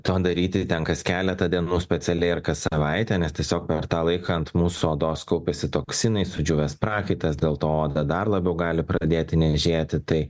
to daryti ten kas keletą dienų specialiai ar kas savaitę nes tiesiog per tą laiką ant mūsų odos kaupiasi toksinai sudžiūvęs prakaitas dėl to oda dar labiau gali pradėti niežėti tai